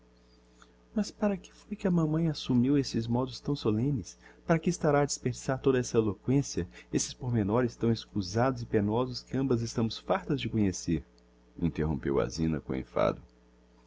mas para que foi que a mamã assumiu esses modos tão solemnes para que estará a desperdiçar toda essa eloquencia esses pormenores tão escusados e penosos que ambas estamos fartas de conhecer interrompeu a zina com enfado